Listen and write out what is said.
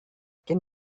can